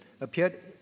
appeared